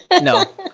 No